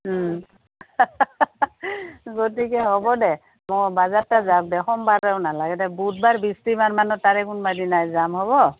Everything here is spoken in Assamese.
গতিকে হ'ব দে মই বাজাৰতে যাওক দে সোমবাৰেও নালাগে দে বুধবাৰ বৃহস্পতিমান মানত তাৰে কোনোবাদিনা যাম হ'ব